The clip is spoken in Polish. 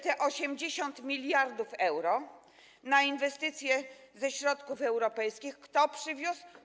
Te 80 mld euro na inwestycje ze środków europejskich kto przywiózł?